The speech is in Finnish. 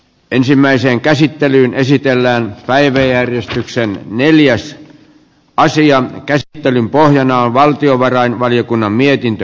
ensimmäiseen käsittelyyn esitellään päiväjärjestyksen neljäs karsijan käsittelyn pohjana on valtiovarainvaliokunnan mietintö